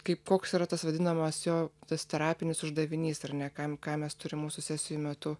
kaip koks yra tas vadinamas jo tas terapinis uždavinys ar ne kam ką mes turim mūsų sesijų metu